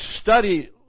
study